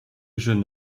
jeune